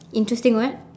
interesting what